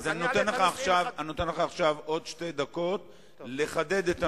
אני נותן לך עכשיו עוד שתי דקות לחדד את הנקודות.